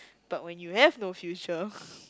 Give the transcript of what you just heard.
but when you have no future